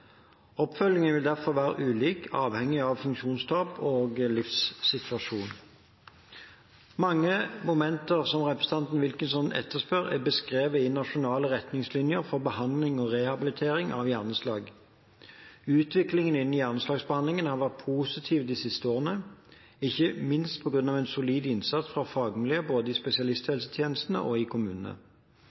Oppfølgingen vil derfor være ulik, avhengig av funksjonstap og livssituasjon. Mange av momentene som representanten Wilkinson etterspør, er beskrevet i nasjonale retningslinjer for behandling og rehabilitering av hjerneslag. Utviklingen innen hjerneslagbehandlingen har vært positiv de siste årene, ikke minst på grunn av solid innsats fra fagmiljøene både i spesialisthelsetjenesten og i kommunene.